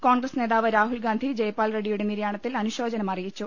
കോൺഗ്രസ് നേതാവ് രാഹുൽഗാന്ധി ജയ്പാൽ റെഡ്ഡിയുടെ നിര്യാ ണത്തിൽ അനുശോചനമറിയിച്ചു